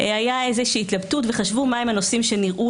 הייתה איזושהי התלבטות וחשבו מה הם הנושאים שנראו